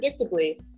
predictably